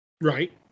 Right